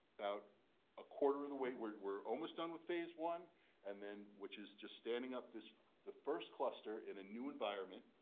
about a quarter of the way. we're we're almost done with phase one and then which is just standing up the the first cluster in a new environment.